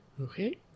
Okay